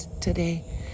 today